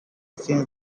since